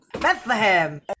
Bethlehem